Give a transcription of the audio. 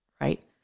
Right